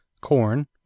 corn